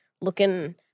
looking